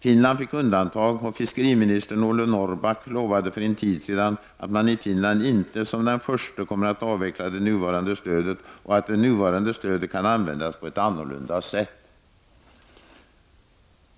Finland fick göra ett undantag, och fiskeriministern Ole Norrback lovade för en tid sedan att Finland inte kommer att vara det första landet som avvecklar det nuvarande stödet och att detta stöd kan användas på ett annorlunda sätt.